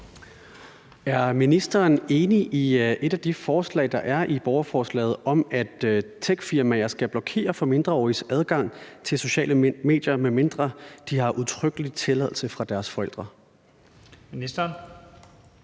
Er ministeren enig i et af de forslag, der er i borgerforslaget, nemlig det om, at techfirmaer skal blokere for mindreåriges adgang til sociale medier, medmindre de har udtrykkelig tilladelse fra deres forældre? Kl.